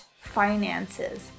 finances